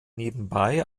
nebenbei